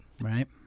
Right